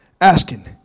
asking